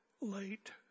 late